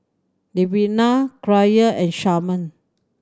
Levina Kyra and Sharman